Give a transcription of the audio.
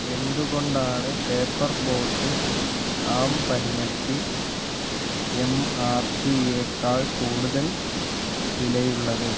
എന്തുകൊണ്ടാണ് paper boat ആം പന്നയ്ക്ക് എം ആർ പിയേക്കാൾ കൂടുതൽ വിലയുള്ളത്